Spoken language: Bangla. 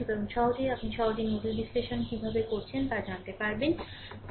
সুতরাং সহজেই আপনি সহজেই নোডাল বিশ্লেষণ কীভাবে ব্যবহার করছেন তা জানতে পারবেন